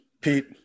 Pete